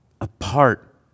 apart